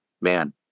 man